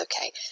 okay